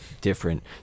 different